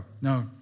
no